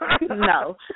No